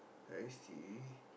I see